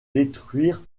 détruire